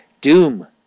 Doom